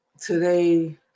Today